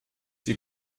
die